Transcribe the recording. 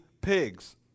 pigs